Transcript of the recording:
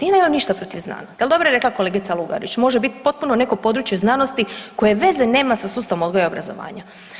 I nemam se ništa protiv znanosti, ali dobro je rekla kolegica Lugarić može biti potpuno neko područje znanosti koje veze nema sa sustavom odgoja i obrazovanja.